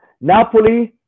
Napoli